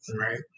right